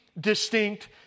distinct